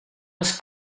was